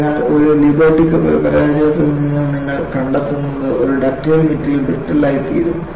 അതിനാൽ ഒരു ലിബർട്ടി കപ്പൽ പരാജയത്തിൽ നിന്ന് നിങ്ങൾ കണ്ടെത്തുന്നത് ഒരു ഡക്റ്റൈൽ മെറ്റീരിയൽ ബ്രിട്ടിൽ ആയി തീരും